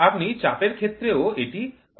আপনি চাপের ক্ষেত্রেও এটি করতে পারেন